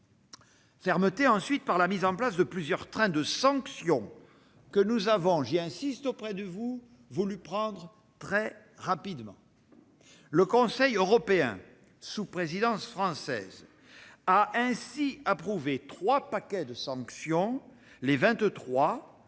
Ensuite, par la mise en place de plusieurs trains de sanctions que nous avons voulu prendre très rapidement. Le Conseil européen, sous présidence française, a ainsi approuvé trois paquets de sanctions les 23,